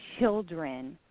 children